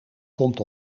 komt